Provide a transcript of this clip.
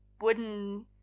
wooden